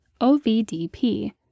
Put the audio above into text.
OVDP